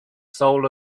soul